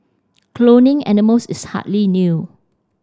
cloning animals is hardly new